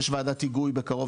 יש וועדת היגוי בקרוב,